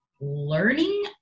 learning